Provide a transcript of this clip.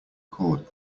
cord